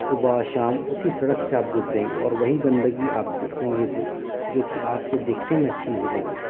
صبح شام اسی سڑک سے آپ گزریں گے اور وہی گندگی آپ دیکھیں گے بھی جو کہ آپ کو دیکھنے میں اچھی نہیں لگے گی